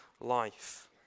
life